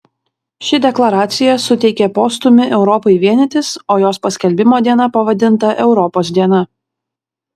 ši deklaracija suteikė postūmį europai vienytis o jos paskelbimo diena pavadinta europos diena